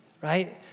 right